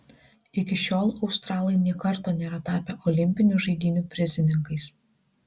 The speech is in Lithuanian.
iki šiol australai nė karto nėra tapę olimpinių žaidynių prizininkais